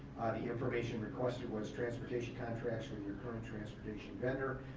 the information requested was transportation contracts with your current transportation vendor.